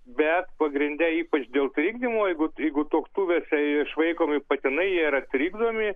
bet pagrinde ypač dėl trikdymo jeigu jeigu tuoktuvės išvaikomi patinai jie yra trikdomi